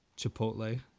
Chipotle